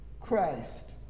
Christ